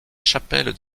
chapelle